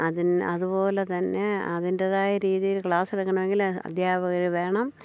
അതിന് അതുപോലെ തന്നെ അതിൻ്റെതായ രീതിയിൽ ക്ലാസ് എടുക്കണമെങ്കിൽ അധ്യാപകർ വേണം